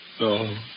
No